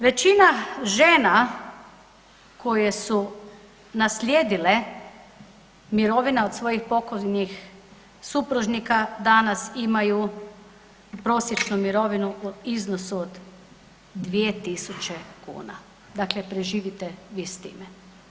Većina žena koje su naslijedile mirovine od svojih pokojnih supružnika danas imaju prosječnu mirovinu u iznosu od 2000 kuna, dakle preživite vi s time.